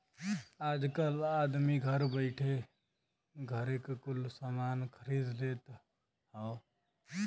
आजकल आदमी घर बइठे घरे क कुल सामान खरीद लेत हौ